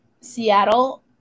Seattle